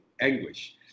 anguish